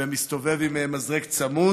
ומסתובב עם מזרק צמוד.